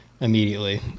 immediately